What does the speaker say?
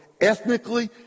Ethnically